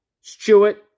Stewart